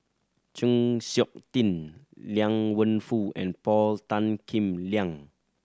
Chng Seok Tin Liang Wenfu and Paul Tan Kim Liang